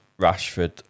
Rashford